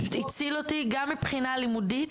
הציל אותי גם מבחינה לימודית,